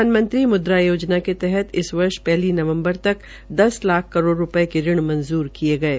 प्रधानमंत्री मुद्रा योजना के तहत इस वर्ष पहली नवम्बर तक दस लाख करोड़ रूपये के ऋण मंजूर किये गये